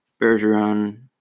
Bergeron